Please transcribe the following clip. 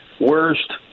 Worst